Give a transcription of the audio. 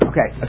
Okay